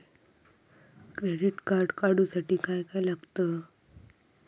Credit card काढूसाठी काय काय लागत?